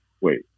wait